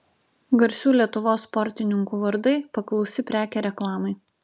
garsių lietuvos sportininkų vardai paklausi prekė reklamai